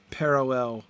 parallel